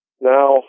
Now